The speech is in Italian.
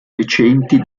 recenti